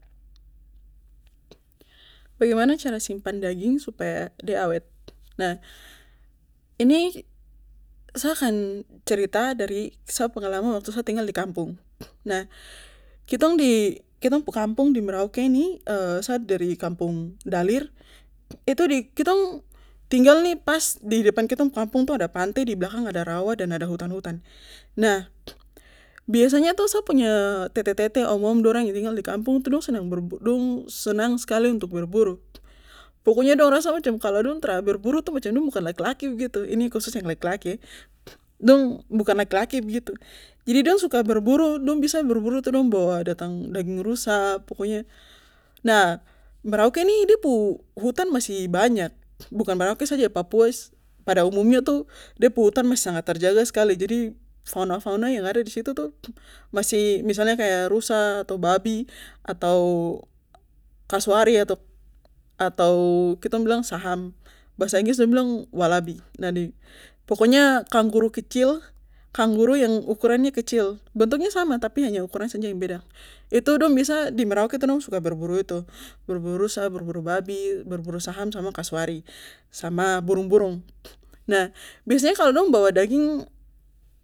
bagaimana cara simpan daging supaya de awet nah ini sa akan cerita dari sa pengalaman waktu sa tinggal di kampung nah kitong di kitong pu kampung di merauke nih sa dari kampung dhalir itu di kitong tinggal nih pas di depan kitong pu kampung ada pante di blakang ada rawa dan ada dan hutan hutan nah biasanya tuh sa punya tete tete, om om dorang yang tinggal di kampung dong senang berbur dong senang skali untuk berburu pokoknya dong rasa macam kalo dong tra berburu tuh macam dong bukan laki laki begitu ini khusus yang laki laki dong bukan laki laki begitu jadi dong suka berburu dong biasa berburu tuh dong bawa datang daging rusa pokoknya nah merauke ini de pu hutan masih banyak bukan merauke saja papua pada umumnya itu de pu hutan masih sangat terjaga skali jadi fauna fauna yang ada disitu tuh masih misalnyanya kaya rusa atau babi atau kasuari atau atau kitong bilang saham bahasa inggris dong bilang walabi nah di pokoknya kangguru kecil kangguru yang ukurannya kecil bentuknya sama tapi hanya ukurannya saja yang beda itu dong biasa di merauke itu dong suka berburu itu berburu rusa berburu babi berburu saham sama kasuari sama burung burung nah biasanya kalo dong bawa daging